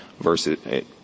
versus